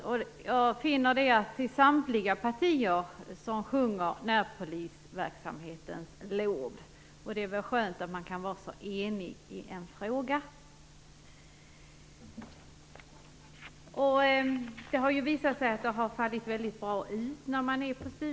Jag finner att samtliga partier sjunger närpolisverksamhetens lov, och det är väl skönt att vi kan vara så eniga i en fråga. Vi har under studiebesök kunnat se att detta har fallit väldigt bra ut.